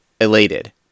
elated